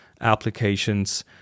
applications